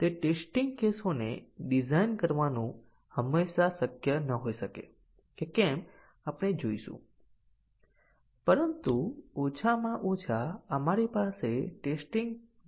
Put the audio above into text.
અને તે પછી આપણે મલ્ટિપલ કંડિશન કવરેજ જોયું હતું જ્યાં સંભવિત તમામ સંભવિત સત્ય મૂલ્યો બેઝીક કન્ડીશન દ્વારા ધારેલા હોવા જોઈએ